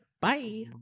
Bye